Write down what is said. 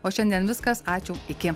o šiandien viskas ačiū iki